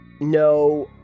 no